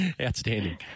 Outstanding